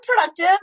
productive